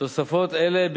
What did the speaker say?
תוספות אלה,